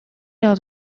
lors